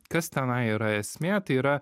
kas tenai yra esmė tai yra